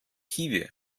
hiwi